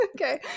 Okay